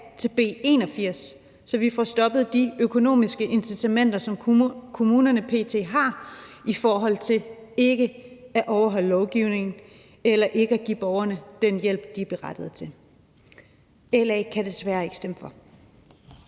til B 81, så vi får stoppet de økonomiske incitamenter, som kommunerne p.t. har i forhold til ikke at overholde lovgivningen eller ikke give borgerne den hjælp, de er berettiget til. LA kan desværre ikke stemme for.